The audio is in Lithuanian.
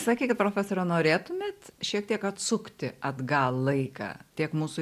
sakė kad profesoriau norėtumėte šiek tiek atsukti atgal laiką tiek mūsų